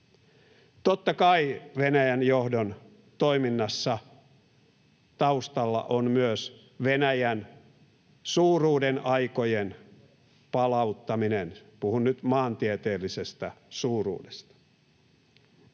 Totta kai Venäjän johdon toiminnassa, sen taustalla on myös Venäjän suuruuden aikojen palauttaminen. Puhun nyt maantieteellisestä suuruudesta.